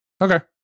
Okay